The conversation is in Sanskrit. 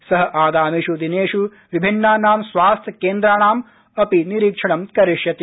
सः आगामिषु दिनेष् विभिन्नानां स्वास्थ्य केन्द्राणाम् अपि निरीक्षणं करिष्यति